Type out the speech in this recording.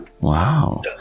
Wow